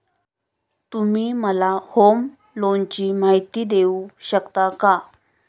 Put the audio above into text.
तुम्ही मला होम लोनची माहिती देऊ शकता का?